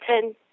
ten